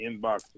inbox